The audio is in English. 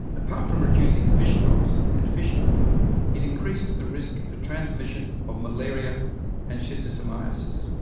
apart from reducing fish stocks and fishing it increases the risk for transmission of malaria and schistosomiasis.